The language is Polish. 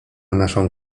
naszą